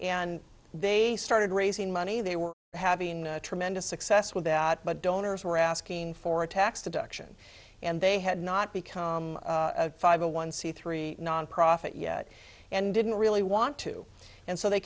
and they started raising money they were having tremendous success with that but donors were asking for a tax deduction and they had not become a five a one c three nonprofit yet and didn't really want to and so they